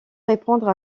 répondre